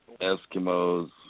Eskimos